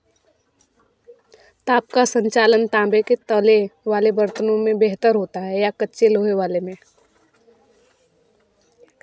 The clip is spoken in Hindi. ताप का संचालन तांबे के तले वाले बर्तनों में बेहतर होता है या कच्चे लोहे वाले में